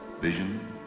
Vision